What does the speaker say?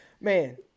man